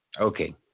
Okay